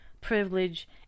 privilege